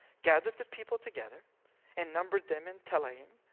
gathered the people together and numbered them in telaim,